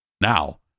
now